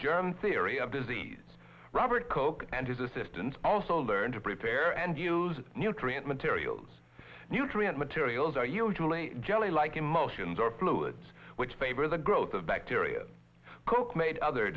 germ theory of disease robert koch and his assistants also learn to prepare and use nutrient materials nutrient materials are usually jelly like emotions or fluids which favor the growth of bacteria cook made other